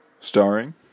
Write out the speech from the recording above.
Starring